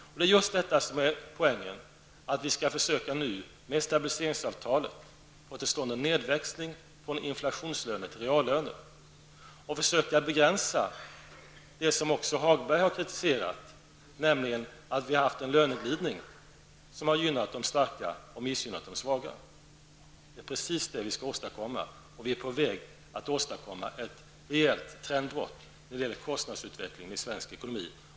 Och det är just detta som är poängen, nämligen att vi nu med ett stabiliseringsavtal skall försöka få till stånd en nedväxling från inflationslöner till reallöner och försöka begränsa det som också Lars-Ove Hagberg har kritiserat, nämligen att vi har haft en löneglidning som har gynnat de starka och missgynnat de svaga. Det är precis detta som vi skall åstadkomma. Och vi är på väg att åstadkomma ett ett rejält trendbrott när det gäller kostandsutveckilngen i svensk ekonomi.